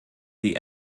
die